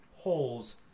Holes